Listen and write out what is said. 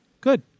good